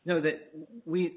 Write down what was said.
you know that we